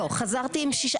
לא, חזרתי עם שישה.